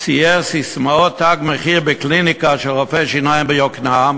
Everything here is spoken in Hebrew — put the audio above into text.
צייר ססמאות "תג מחיר" בקליניקה של רופא שיניים ביוקנעם,